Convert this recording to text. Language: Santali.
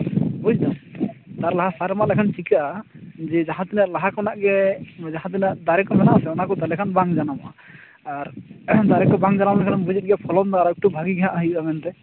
ᱵᱩᱡᱫᱟᱢ ᱛᱟᱨ ᱞᱟᱦᱟ ᱥᱟᱨ ᱮᱢᱟᱜ ᱠᱷᱟᱱ ᱪᱤᱠᱟᱹᱜᱼᱟ ᱡᱮ ᱡᱟᱦᱟᱸᱛᱤᱱᱟᱹᱜ ᱞᱟᱦᱟ ᱠᱷᱚᱱᱟᱜ ᱜᱮ ᱡᱟᱦᱟᱸᱛᱤᱱᱟᱹᱜ ᱫᱟᱨᱮ ᱠᱚ ᱢᱮᱱᱟᱜᱼᱟ ᱥᱮ ᱚᱱᱟ ᱠᱚ ᱛᱟᱦᱚᱞᱮ ᱠᱷᱟᱱ ᱵᱟᱝ ᱡᱟᱱᱟᱢᱚᱜᱼᱟ ᱟᱨ ᱫᱟᱨᱮ ᱠᱚ ᱵᱟᱝ ᱡᱟᱱᱟᱢ ᱞᱮᱱᱠᱷᱟᱱᱮᱢ ᱵᱩᱡᱮᱫ ᱜᱮᱭᱟᱢ ᱯᱷᱚᱞᱚᱱ ᱫᱚ ᱟᱨ ᱮᱠᱴᱩ ᱵᱷᱟᱹᱜᱤ ᱜᱮᱦᱟᱸᱜ ᱦᱩᱭᱩᱜᱼᱟ ᱢᱮᱱᱛᱮ